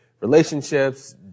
relationships